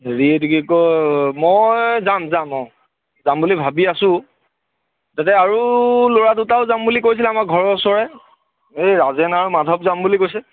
হেৰি এইটো কি কয় মই যাম যাম অঁ যাম বুলি ভাবি আছোঁ তাতে আৰু ল'ৰা দুটাও যাম বুলি কৈছিলে আমাৰ ঘৰৰ ওচৰৰে এই ৰাজেন আৰু মাধৱ যাম বুলি কৈছে